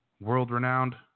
World-renowned